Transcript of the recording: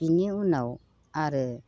बेनि उनाव आरो